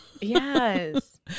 Yes